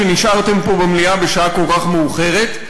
שנשארתם פה במליאה בשעה כל כך מאוחרת,